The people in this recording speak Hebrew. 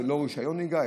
זה לא רישיון נהיגה,